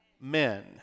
men